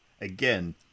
again